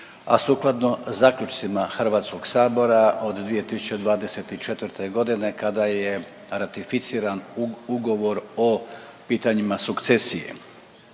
a sukladno zaključcima HS-a od 2024.g. kada je ratificiran ugovor o pitanjima sukcesije.